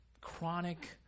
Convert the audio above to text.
chronic